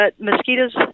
mosquitoes